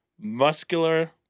muscular